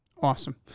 Awesome